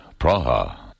Praha